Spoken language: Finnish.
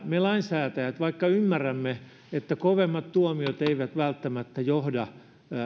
me lainsäätäjät ymmärrämme että kovemmat tuomiot eivät välttämättä johda